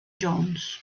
jones